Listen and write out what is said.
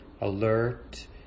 alert